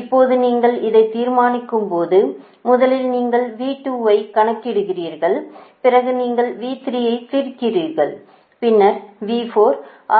இப்போது நீங்கள் இதைத் தீர்க்கும்போது முதலில் நீங்கள் V2 ஐக் கணக்கிடுகிறீர்கள் பிறகு நீங்கள் V3 ஐத் தீர்க்கிறீர்கள் பின்னர் V4